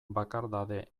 bakardade